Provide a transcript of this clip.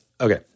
Okay